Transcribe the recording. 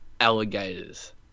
alligators